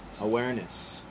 awareness